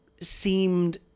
seemed